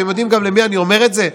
אתם גם יודעים למי אני אומר את זה?